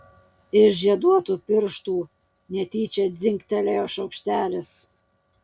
iš žieduotų pirštų netyčia dzingtelėjo šaukštelis